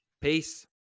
Peace